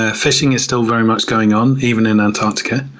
ah fishing is still very much going on, even in antarctica.